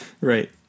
right